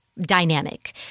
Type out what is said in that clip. dynamic